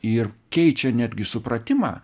ir keičia netgi supratimą